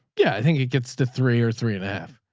yeah i think he gets to three or three and a half.